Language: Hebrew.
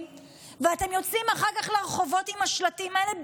ואתם יוצאים אחר כך לרחובות עם השלטים האלה,